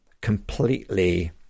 completely